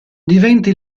diventa